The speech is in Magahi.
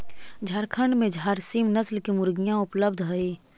झारखण्ड में झारसीम नस्ल की मुर्गियाँ उपलब्ध हई